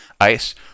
ICE